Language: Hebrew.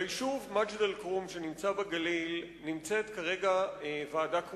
ביישוב מג'ד-אל-כרום שנמצא בגליל יש כרגע ועדה קרואה.